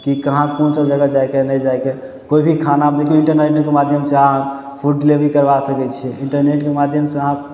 कि कहाँ कुनसा जगह जाइके हइ नहि जाइके हइ कोइ भी खाना आप देखो इन्टरनेटेके माध्यमसँ अहाँ फूड डिलेवरी करवा सकय छी इन्टरनेटके माध्यमसँ अहाँ